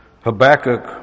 Habakkuk